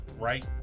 right